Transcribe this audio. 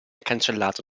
cancellato